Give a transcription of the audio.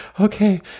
Okay